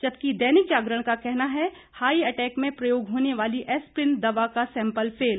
जबकि दैनिक जागरण का कहना है हार्टअटैक में प्रयोग होने वाली एस्प्रिन दवा का सैंपल फेल